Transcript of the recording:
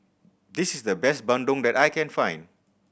this is the best bandung that I can find